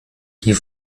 die